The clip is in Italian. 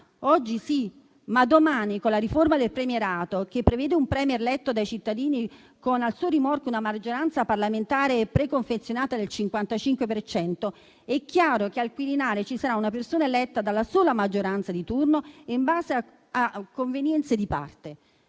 oggi sì, ma domani, con la riforma del premierato, che prevede un *Premier* eletto dai cittadini, con al suo rimorchio una maggioranza parlamentare preconfezionata del 55 per cento, è chiaro che al Quirinale ci sarà una persona eletta dalla sola maggioranza di turno in base a convenienze di parte.